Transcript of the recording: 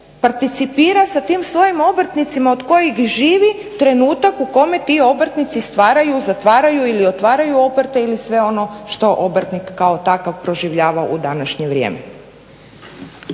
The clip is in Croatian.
participira sa tim svojim obrtnicima od kojih živi, trenutak u kome ti obrtnici stvaraju, zatvaraju ili otvaraju obrte ili sve ono što obrtnik kao takav proživljava u današnje vrijeme.